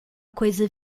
coisa